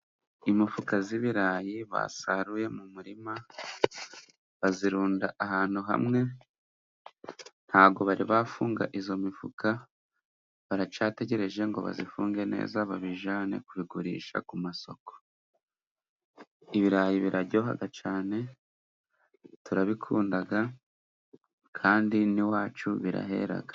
Imifuka z'ibirayi basaruye mu murima， bazirunda ahantu hamwe，ntago bari bafunga izo mifuka baracategereje ngo bazifunge neza， babijane kubigurisha ku masoko. Ibirayi biraryohaga cane，turabikundaga kandi n'iwacu biraheraga.